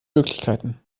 möglichkeiten